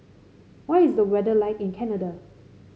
what is the weather like in Canada